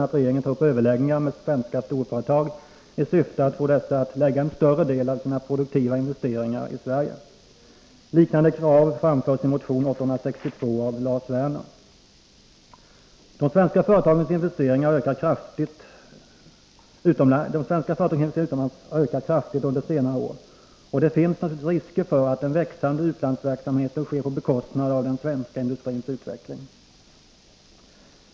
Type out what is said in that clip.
De svenska företagens investeringar utomlands har ökat kraftigt under senare tid. Det finns naturligtvis risker för att den växande utlandsverksamheten sker på bekostnad av den svenska industrins utveckling.